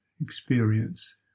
experience